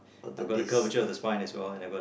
put the disc